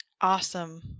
awesome